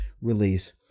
release